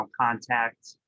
contact